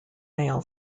mail